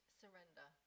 surrender